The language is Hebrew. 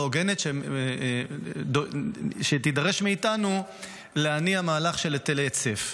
הוגנת ויידרש מאיתנו להניע מהלך של היטל היצף.